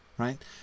Right